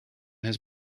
his